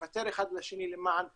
לוותר אחד לשני למען השלום,